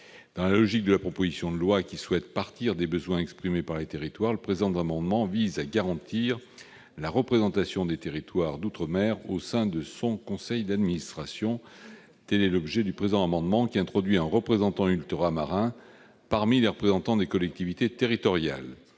Dans la logique de la proposition de loi, qui souhaite partir des besoins exprimés par les territoires, le présent amendement vise à garantir la représentation des territoires d'outre-mer au sein du conseil d'administration de l'agence, en introduisant un représentant ultramarin parmi les représentants des collectivités territoriales,